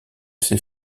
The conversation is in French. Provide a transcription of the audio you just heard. ces